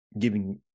giving